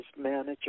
manager